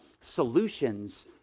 solutions